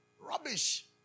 rubbish